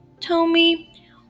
Tommy